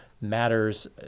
matters